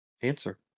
Answer